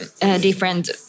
different